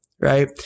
right